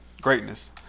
greatness